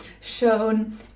shown